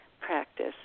practice